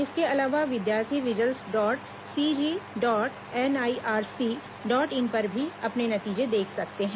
इसके अलावा विद्यार्थी results dot CG dot NIC dot in पर भी अपने नतीजे देख सकते हैं